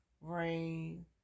Rain